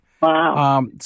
Wow